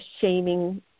shaming